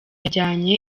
yajyanye